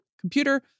computer